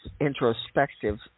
introspective